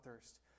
thirst